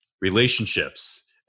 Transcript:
relationships